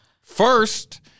first